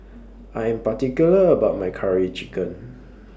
I Am particular about My Curry Chicken